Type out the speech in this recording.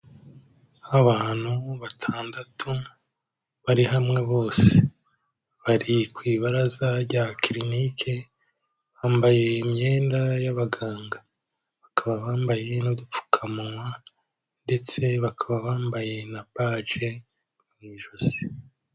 Abantu batandatu, bari hamwe bose. Bari ku ibaraza rya clinic, bambaye imyenda y'abaganga. Bakaba bambaye n'udupfukamunwa, ndetse bakaba bambaye na baje, mu ijosi.